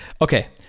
okay